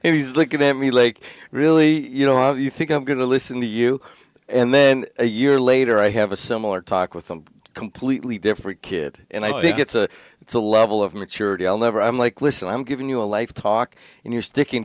e's looking at me like really you know you think i'm going to listen to you and then a year later i have a similar talk with a completely different kid and i think it's a it's a level of maturity i'll never i'm like listen i'm giving you a life talk and you're sticking